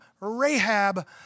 Rahab